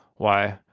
why,